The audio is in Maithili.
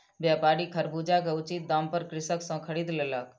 व्यापारी खरबूजा के उचित दाम पर कृषक सॅ खरीद लेलक